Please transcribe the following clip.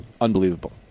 Unbelievable